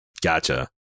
Gotcha